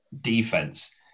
defense